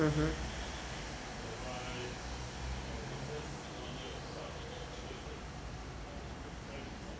mmhmm